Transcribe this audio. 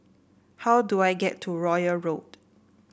how do I get to Royal Road